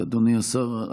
--- אדוני השר,